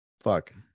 Fuck